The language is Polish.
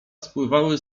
spływały